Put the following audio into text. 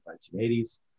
1980s